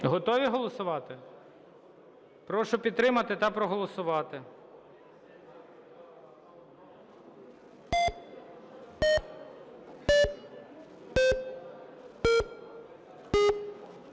Готові голосувати? Прошу підтримати та проголосувати.